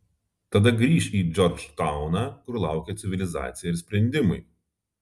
tada grįš į džordžtauną kur laukė civilizacija ir sprendimai